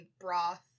broth